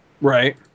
Right